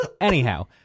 Anyhow